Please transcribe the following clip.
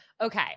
Okay